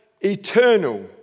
eternal